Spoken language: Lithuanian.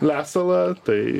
lesalą tai